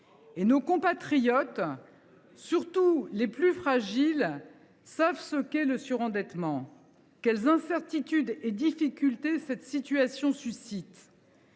Nos compatriotes, surtout les plus fragiles, savent ce qu’est le surendettement et quelles incertitudes et difficultés cette situation suscite.